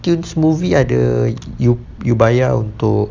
games movies ada you bayar untuk